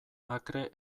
akre